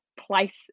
place